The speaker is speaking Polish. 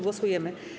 Głosujemy.